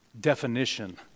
definition